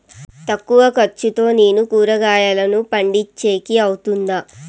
తక్కువ ఖర్చుతో నేను కూరగాయలను పండించేకి అవుతుందా?